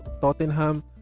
Tottenham